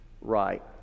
right